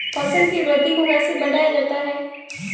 फसल की वृद्धि को कैसे बढ़ाया जाता हैं?